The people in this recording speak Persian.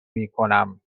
میکنم